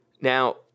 Now